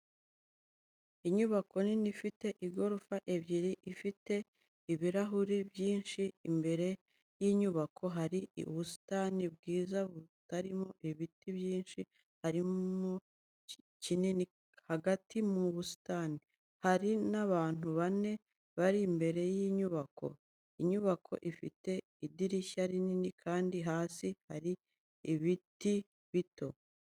Inyubako nini ifite igorofa ebyiri, ifite ibirahuri byinshi, imbere y'inyubako hari ubusitani bwiza butarimo ibintu byinshi, harimo igiti kinini hagati mu busitani. Hari n'abantu bane bari imbere y'inyubako. Inyubako ifite idirishya rinini, kandi hasi hari ibiti bito.